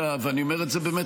ואני אומר את זה באמת,